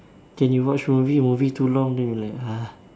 then you watch movie movie too long then you like ah